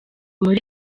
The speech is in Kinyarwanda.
muri